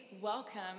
welcome